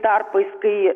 tarpais kai